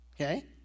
okay